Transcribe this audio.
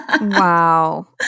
Wow